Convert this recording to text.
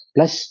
Plus